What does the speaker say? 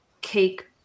cake